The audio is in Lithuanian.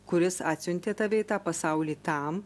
kuris atsiuntė tave į tą pasaulį tam